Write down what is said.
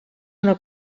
una